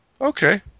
okay